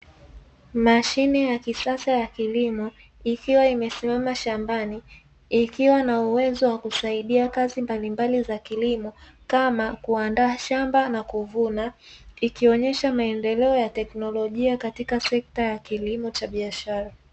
Mashine ya kisasa ya kilimo ikiwa imesimama shambani, ikiwa na uwezo wa kusaidia kazi mbalimbali za kilimo, kama kuandaa shamba na kuvuna, ikionyesha maendeleo ya teknolojia katika sekta ya kilimo cha biashara.